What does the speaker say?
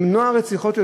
למנוע עוד רציחות.